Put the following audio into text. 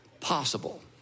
possible